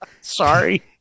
Sorry